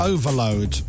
Overload